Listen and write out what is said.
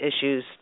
issues